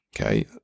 okay